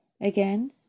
Again